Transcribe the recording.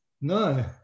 No